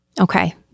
okay